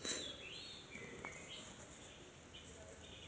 ಭತ್ತದ ಕೊಯ್ಲು ಆದಮೇಲೆ ಗದ್ದೆಯಲ್ಲಿ ತರಕಾರಿ ಬೆಳಿಲಿಕ್ಕೆ ಮಣ್ಣನ್ನು ಯಾವ ತರ ರೆಡಿ ಮಾಡ್ತಾರೆ?